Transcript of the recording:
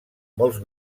molts